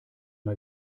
mal